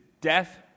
death